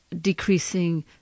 decreasing